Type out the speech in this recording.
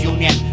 Union